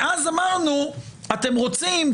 ואז אמרנו: אתם רוצים,